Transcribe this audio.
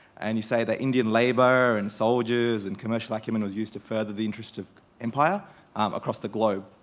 and you say that indian labour and soldiers and commercial acumen was used to further the interest of empire across the globe.